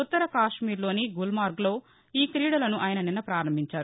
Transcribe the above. ఉత్తర కశ్మీర్లోని గుల్మార్గ్లో ఈ క్రీడలను ఆయన నిన్న ప్రారంభించారు